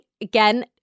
again